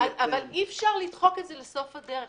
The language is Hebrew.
אבל --- אבל אי אפשר לדחוק את זה לסוף הדרך,